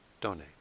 donate